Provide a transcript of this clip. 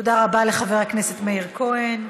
תודה רבה לחבר הכנסת מאיר כהן.